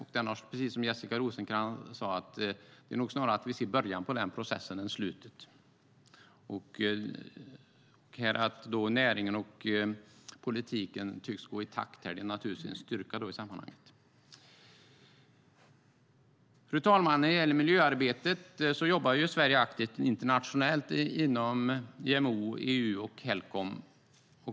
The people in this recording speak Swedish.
Det är nog så, precis som Jessica Rosencrantz sade, att vi snarare ser början på den processen än slutet. Att näringen och politiken tycks gå i takt är naturligtvis en styrka i sammanhanget. Fru talman! När det gäller miljöarbetet jobbar Sverige aktivt internationellt inom IMO, EU och Helcom.